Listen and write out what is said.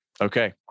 okay